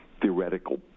theoretical